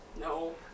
No